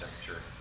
temperature